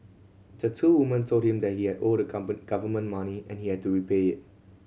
the two women told him that he had owed the government money and he had to repay it